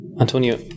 Antonio